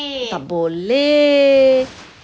tak boleh